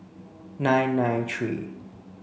nine nine three